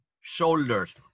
shoulders